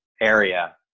area